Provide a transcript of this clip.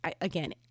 again